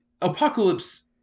Apocalypse